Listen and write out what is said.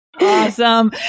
Awesome